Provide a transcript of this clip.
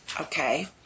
Okay